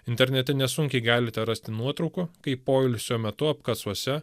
internete nesunkiai galite rasti nuotraukų kaip poilsio metu apkasuose